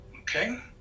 okay